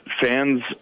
fans